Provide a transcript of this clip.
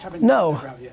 No